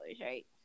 right